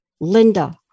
Linda